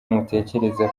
mutekereza